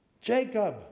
Jacob